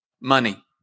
money